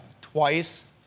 twice